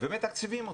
הארץ ומתקצבים אותם.